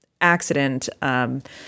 accident